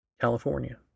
California